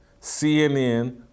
CNN